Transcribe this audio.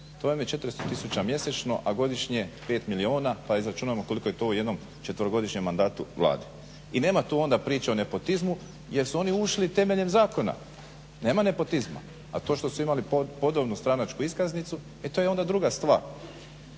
vam je 400 tisuća mjesečno, a godišnje 5 milijuna, pa izračunamo koliko je to u jednom četverogodišnjem mandatu Vlade. I nema tu onda priče o nepotizmu jer su oni ušli temeljem zakona, nema nepotizma. A to što su imali podobnu stranačku iskaznicu e to je onda druga stvar.